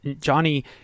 Johnny